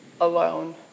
alone